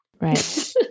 Right